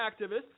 activists